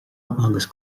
agus